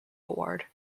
award